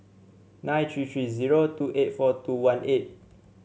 nine three three zero two eight four two one eight